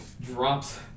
drops